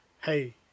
hey